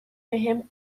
بهم